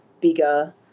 bigger